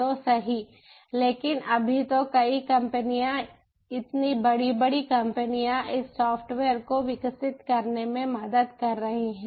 तो सही लेकिन अभी तो कई कंपनियां इतनी बड़ी बड़ी कंपनियां इस सॉफ्टवेयर को विकसित करने में मदद कर रही हैं